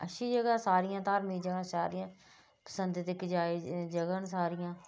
अच्छी जगह् सारियां धार्मक जगह् सारियां पसंद कीते जाए आह्ली जगह् न सारियां